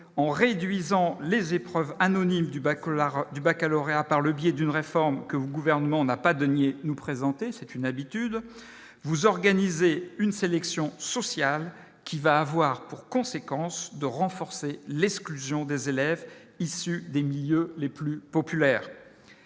en réduisant les épreuves anonymes du bac que l'art du Baccalauréat, par le biais d'une réforme que vous gouvernement n'a pas de nier nous présenter, c'est une habitude, vous organisez une sélection sociale qui va avoir pour conséquence de renforcer l'escourgeon des élèves issus des milieux les plus populaires